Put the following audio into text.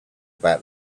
about